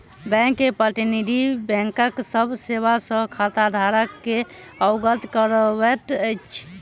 bank के प्रतिनिधि, बैंकक सभ सेवा सॅ खाताधारक के अवगत करबैत अछि